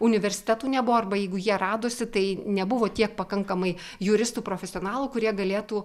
universitetų nebuvo arba jeigu jie radosi tai nebuvo tiek pakankamai juristų profesionalų kurie galėtų